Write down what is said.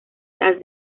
las